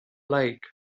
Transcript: lake